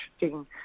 interesting